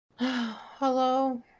Hello